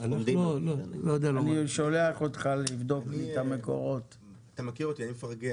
מכיר אותי, אני מפרגן.